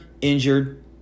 injured